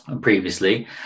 previously